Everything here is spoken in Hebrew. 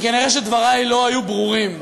כי נראה שדברי לא היו ברורים.